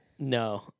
No